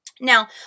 Now